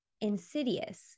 insidious